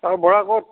অ বৰা ক'ত